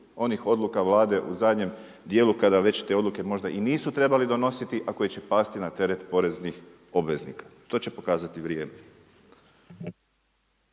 onih odluka Vlade u zadnjem dijelu kada već te odluke možda i nisu trebali donositi a koje će pasti na teret poreznih obveznika. To će pokazati vrijeme.